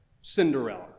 Cinderella